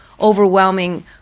overwhelming